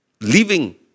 living